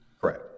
Correct